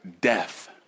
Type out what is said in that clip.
death